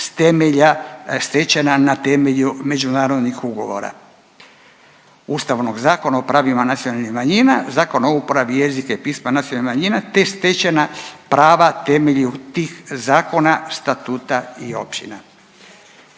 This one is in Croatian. s temelja stečena na temelju međunarodnih ugovora, Ustavnog zakona o pravima nacionalnih manjina, Zakona o uporabi jezika i pisma nacionalnih manjina te stečena prava temelju tih zakona, statuta i općina.